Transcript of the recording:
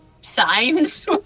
signs